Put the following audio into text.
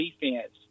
defense